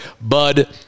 Bud